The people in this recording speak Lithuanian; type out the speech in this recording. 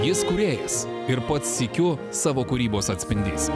jis kūrėjas ir pats sykiu savo kūrybos atspindys